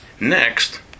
Next